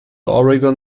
oregon